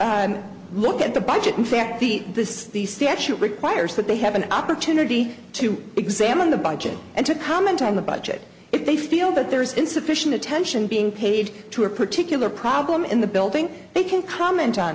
can look at the budget in fact the this the statute requires that they have an opportunity to examine the budget and to comment on the budget if they feel that there is insufficient attention being paid to a particular problem in the building they can comment on